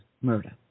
murder